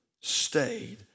stayed